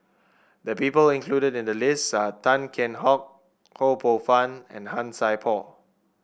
the people included in the list are Tan Kheam Hock Ho Poh Fun and Han Sai Por